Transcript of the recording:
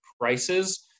prices